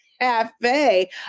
cafe